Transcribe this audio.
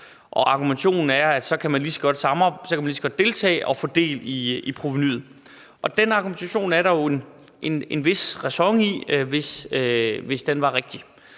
ej. Argumentationen er, at så kan man lige så godt deltage og få del i provenuet. Den argumentation er der jo en vis ræson i, hvis den var rigtig,